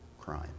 crime